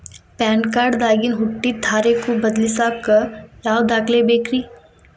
PAN card ದಾಗಿನ ಹುಟ್ಟಿದ ತಾರೇಖು ಬದಲಿಸಾಕ್ ಯಾವ ದಾಖಲೆ ಬೇಕ್ರಿ?